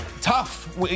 tough